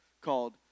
called